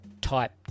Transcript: type